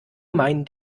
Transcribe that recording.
mein